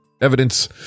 evidence